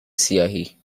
سیاهی